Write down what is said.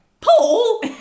paul